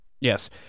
Yes